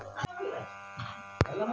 Hybrid टमाटर में वृद्धि कैसे करें?